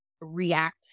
react